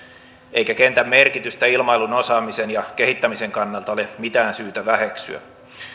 eikä kentän merkitystä ilmailun osaamisen ja kehittämisen kannalta ole mitään syytä väheksyä